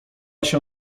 się